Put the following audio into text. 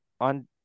on